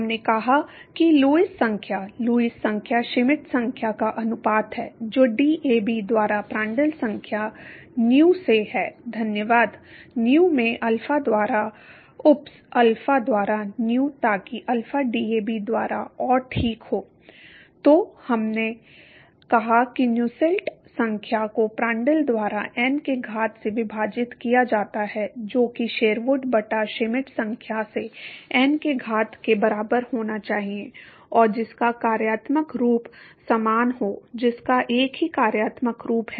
हमने कहा कि लुईस संख्या लुईस संख्या श्मिट संख्या का अनुपात है जो डीएबी द्वारा प्रांड्ल संख्या नुयू से है धन्यवाद नुयू में अल्फा द्वारा ऊप्स अल्फा द्वारा नुयू ताकि अल्फा डीएबी द्वारा और ठीक हो तो अब हमने कहा कि नुसेल्ट संख्या को प्रांड्ल द्वारा n के घात से विभाजित किया जाता है जो कि शेरवुड बटा श्मिट संख्या से n के घात के बराबर होना चाहिए और जिसका कार्यात्मक रूप समान हो जिसका एक ही कार्यात्मक रूप है